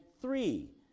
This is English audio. three